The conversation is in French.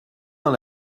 dans